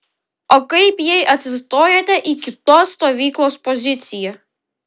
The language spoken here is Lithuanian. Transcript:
o kaip jei atsistojate į kitos stovyklos poziciją